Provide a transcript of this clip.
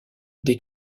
des